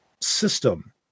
system